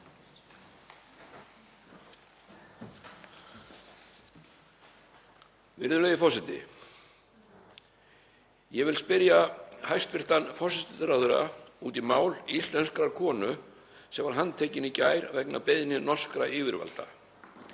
Virðulegi forseti. Ég vil spyrja hæstv. forsætisráðherra út í mál íslenskrar konu sem var handtekin í gær vegna beiðni norskra yfirvalda.